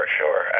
sure